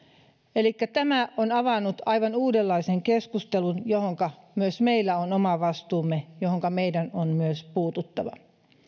tämä on avannut aivan uudenlaisen keskustelun jossa myös meillä on oma vastuumme johon meidän on myös puututtava